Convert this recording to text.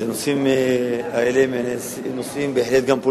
כי הנושאים האלה הם גם בהחלט נושאים פוליטיים,